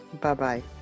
Bye-bye